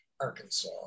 arkansas